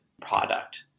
product